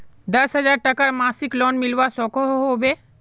दस हजार टकार मासिक लोन मिलवा सकोहो होबे?